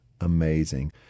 amazing